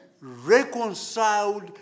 reconciled